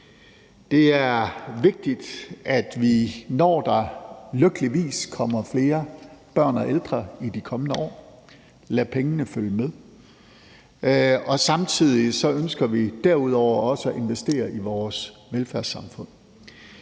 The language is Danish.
Det er vigtigt, at vi, når der lykkeligvis kommer flere børn og ældre i de kommende år, lader pengene følge med, og samtidig ønsker vi derudover også at investere i vores velfærdssamfund.